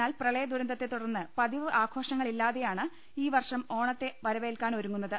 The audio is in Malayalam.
എന്നാൽ പ്രളയ ദുരന്തത്തെ തുടർന്ന് പതിവ് ആഘോഷങ്ങളി ല്ലാതെയാണ് ഈ വർഷം ഓണത്തെ വരവേൽക്കിൻ ഒരുങ്ങുന്ന ത്